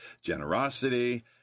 generosity